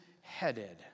headed